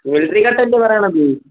military cut അല്ലേ പറയുന്നത്